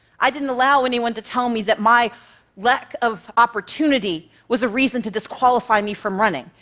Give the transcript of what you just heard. i didn't allow anyone to tell me that my lack of opportunity was a reason to disqualify me from running.